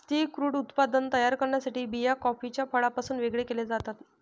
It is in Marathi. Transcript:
स्थिर क्रूड उत्पादन तयार करण्यासाठी बिया कॉफीच्या फळापासून वेगळे केल्या जातात